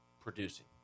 producing